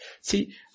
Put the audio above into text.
See